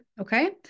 Okay